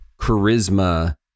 charisma